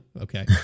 okay